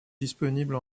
disponible